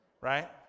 right